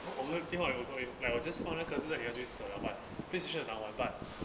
我们会电话有 motor game like 我 just found 那 cousin 就少玩伴 playstation 就拿玩伴